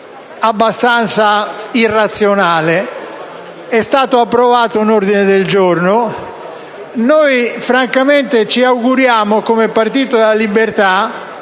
abbastanza irrazionale. È stato approvato un ordine del giorno; noi francamente ci auguriamo, come Popolo della Libertà,